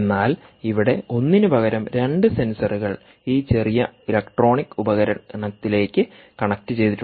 എന്നാൽ ഇവിടെ ഒന്നിന് പകരം രണ്ട് സെൻസറുകൾ ഈ ചെറിയ ഇലക്ട്രോണിക് ഉപകരണത്തിലേക്ക് കണക്റ്റു ചെയ്തിട്ടുണ്ട്